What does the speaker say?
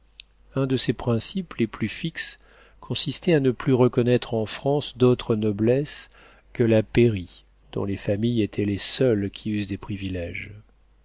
un de ses principes les plus fixes consistait à ne plus reconnaître en france d'autre noblesse que la pairie dont les familles étaient les seules qui eussent des priviléges